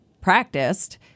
practiced